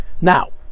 Now